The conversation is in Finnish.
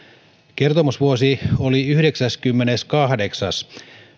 kertomusvuosi oli yhdeksännenkymmenennenkahdeksannen